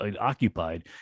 occupied